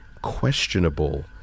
questionable